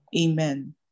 Amen